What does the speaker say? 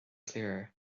clearer